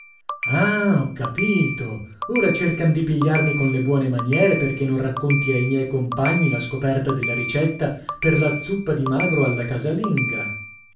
ah ho capito ora cercan di pigliarmi con le buone maniere perché non racconti ai miei compagni la scoperta della ricetta per la zuppa di magro alla casalinga